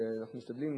אנחנו משתדלים,